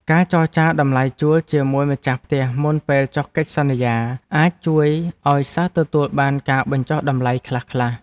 ការចរចាតម្លៃជួលជាមួយម្ចាស់ផ្ទះមុនពេលចុះកិច្ចសន្យាអាចជួយឱ្យសិស្សទទួលបានការបញ្ចុះតម្លៃខ្លះៗ។